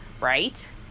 Right